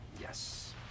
Yes